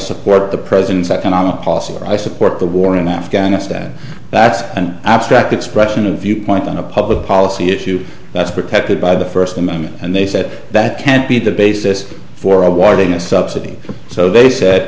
support the president's economic policy or i support the war in afghanistan that's an abstract expression of viewpoint on a public policy issue that's protected by the first amendment and they said that can't be the basis for awarding a subsidy so they said